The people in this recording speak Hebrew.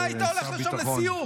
אתה היית הולך עכשיו לסיור,